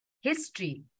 history